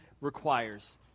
Requires